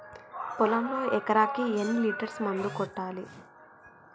పొలంలో ఎకరాకి ఎన్ని లీటర్స్ మందు కొట్టాలి?